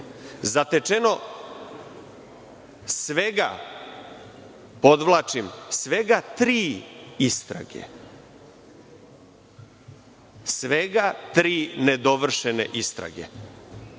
zatečeno svega, podvlačim, svega tri istrage. Svega tri nedovršene istrage.